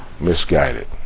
misguided